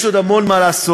יש עוד המון מה לעשות.